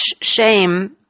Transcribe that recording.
shame